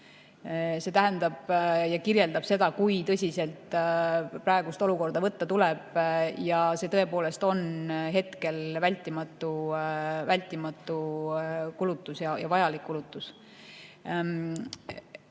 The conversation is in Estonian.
See näitab seda, kui tõsiselt praegust olukorda võtta tuleb, ja see tõepoolest on praegu vältimatu kulutus, vajalik kulutus.